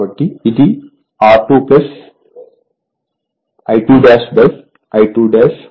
కాబట్టి ఇది R2 I2 I2 2 R1 అవుతుంది